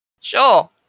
Sure